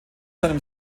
seinem